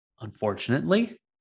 Unfortunately